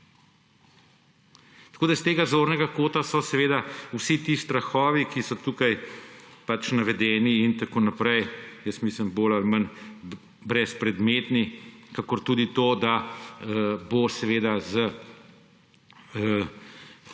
Tako da s tega zornega kota so seveda vsi ti strahovi, ki so tukaj pač navedeni in tako naprej, jaz mislim, bolj ali manj brezpredmetni, kakor tudi to, da bo seveda s